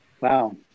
Wow